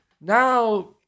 Now